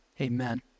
amen